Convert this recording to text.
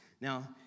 Now